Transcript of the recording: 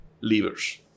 levers